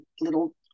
little